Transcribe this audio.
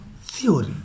theory